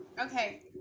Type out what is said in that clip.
Okay